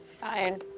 Fine